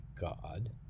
God